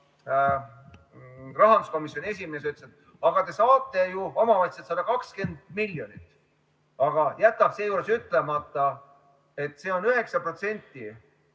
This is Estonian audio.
rahanduskomisjoni esimees ütles, et aga te saate ju, omavalitsused, 120 miljonit. Ta jätab seejuures ütlemata, et see 9%